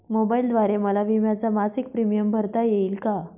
मोबाईलद्वारे मला विम्याचा मासिक प्रीमियम भरता येईल का?